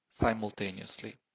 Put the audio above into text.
simultaneously